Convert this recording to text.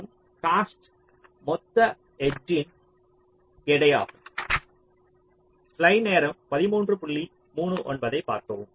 மற்றும் காஸ்ட் மொத்த எட்ஜ்னுடைய எடையாகும்